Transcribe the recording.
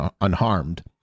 unharmed